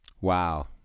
Wow